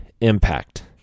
impact